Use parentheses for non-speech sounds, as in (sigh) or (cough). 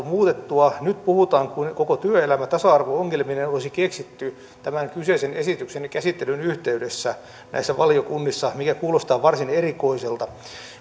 (unintelligible) muutettua nyt puhutaan kuin koko työelämä tasa arvo ongelmineen olisi keksitty tämän kyseisen esityksen käsittelyn yhteydessä näissä valiokunnissa mikä kuulostaa varsin erikoiselta